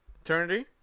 Eternity